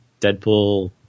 Deadpool